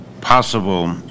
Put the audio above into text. possible